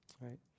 right